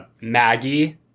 maggie